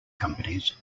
companies